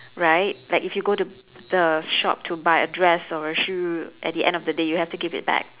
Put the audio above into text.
right like if you go to the shop to buy a dress or a shoe at the end of the day you have to give it back